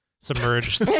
Submerged